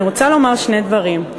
אני רוצה לומר שני דברים.